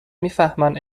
میفهمن